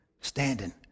standing